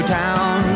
town